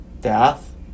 death